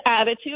attitude